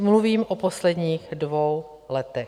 Mluvím o posledních dvou letech.